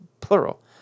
plural